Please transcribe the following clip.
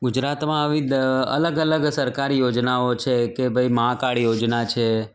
ગુજરાતમાં આવી દ અલગ અલગ સરકારી યોજનાઓ છે કે ભાઈ મા કાડ યોજના છે